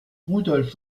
rudolf